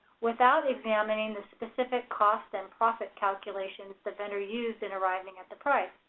without examining the specific cost and profit calculations the vendor used in arriving at the price.